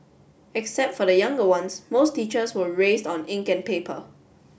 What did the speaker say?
except for the younger ones most teachers were raised on ink and paper